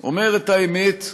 אומר את האמת,